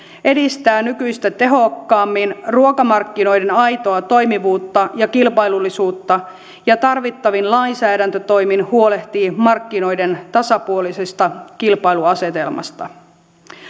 edistää nykyistä tehokkaammin ruokamarkkinoiden aitoa toimivuutta ja kilpailullisuutta ja tarvittavin lainsäädäntötoimin huolehtii markkinoiden tasapuolisesta kilpailuasetelmasta